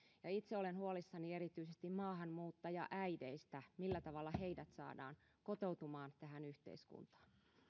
itse olen huolissani erityisesti maahanmuuttajaäideistä millä tavalla heidät saadaan kotoutumaan tähän yhteiskuntaan